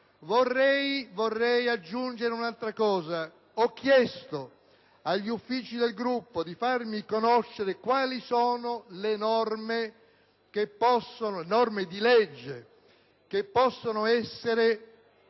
Vorrei aggiungere un'altra questione. Ho chiesto agli uffici del mio Gruppo di farmi conoscere quali sono le norme di legge che possono essere